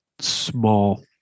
small